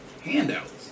Handouts